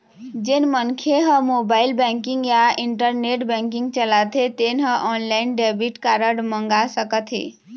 जेन मनखे ह मोबाईल बेंकिंग या इंटरनेट बेंकिंग चलाथे तेन ह ऑनलाईन डेबिट कारड मंगा सकत हे